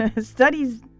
studies